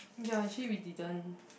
ya actually we didn't